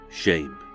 Shame